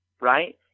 right